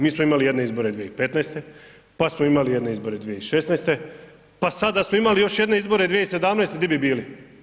Mi smo imali jedne izbore 2015., pa smo imali jedne izbore 2016. pa sada da smo imali još jedne izbore 2017. gdje bi bili?